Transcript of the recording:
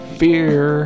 fear